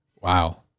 Wow